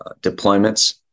deployments